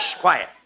quiet